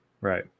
Right